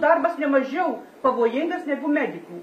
darbas ne mažiau pavojingas negu medikų